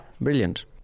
Brilliant